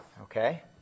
Okay